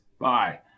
Bye